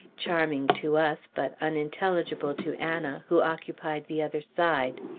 charming to us, but unintelligible to anna, who occupied the other side.